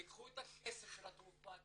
תיקחו את הכסף של התרופה,